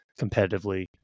competitively